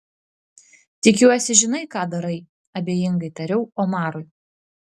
tikiuosi žinai ką darai abejingai tariau omarui